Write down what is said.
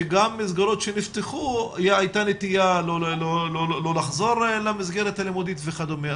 שגם מסגרות שנפתחו הייתה נטייה לא לחזור למסגרת הלימודית וכדומה,